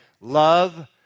love